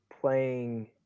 playing